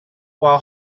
while